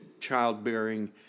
childbearing